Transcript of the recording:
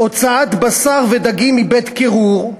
הוצאת בשר ודגים מבית-קירור.